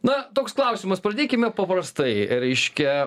na toks klausimas pradėkime paprastai reiškia